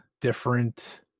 different